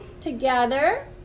together